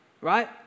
right